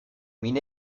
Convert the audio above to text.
mean